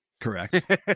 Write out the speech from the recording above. correct